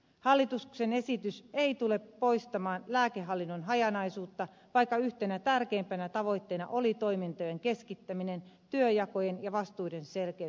hallituksen esitys ei tule poistamaan lääkehallinnon hajanaisuutta vaikka yhtenä tärkeimmistä tavoitteista oli toimintojen keskittäminen työnjakojen ja vastuiden selkeyttäminen